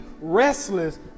restless